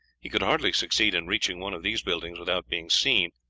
he could hardly succeed in reaching one of these buildings without being seen,